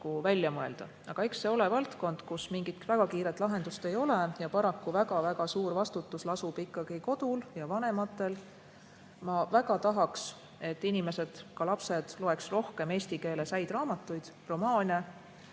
välja mõelda. Eks see ole valdkond, kus mingit väga kiiret lahendust ei ole ja paraku väga-väga suur vastutus lasub ikkagi kodul ja vanematel. Ma väga tahaks, et ka lapsed loeks rohkem eesti keeles häid raamatuid, romaane.